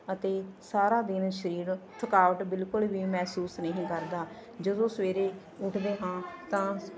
ਅਤੇ ਸਾਰਾ ਦਿਨ ਸਰੀਰ ਥਕਾਵਟ ਬਿਲਕੁਲ ਵੀ ਮਹਿਸੂਸ ਨਹੀਂ ਕਰਦਾ ਜਦੋਂ ਸਵੇਰੇ ਉੱਠਦੇ ਹਾਂ ਤਾਂ